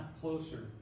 closer